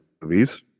movies